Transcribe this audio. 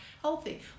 healthy